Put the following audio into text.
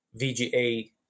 VGA